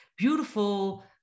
beautiful